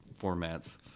formats